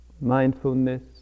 mindfulness